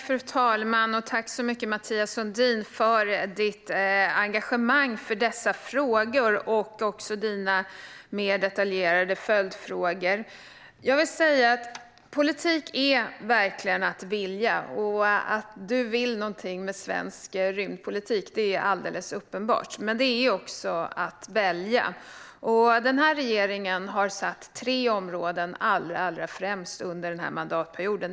Fru talman! Tack för ditt engagemang i dessa frågor, Mathias Sundin, och för dina mer detaljerade följdfrågor! Politik är verkligen att vilja, och det är alldeles uppenbart att du vill någonting med svensk rymdpolitik, Mathias Sundin. Men politik är också att välja, och den här regeringen har satt tre områden allra främst under den här mandatperioden.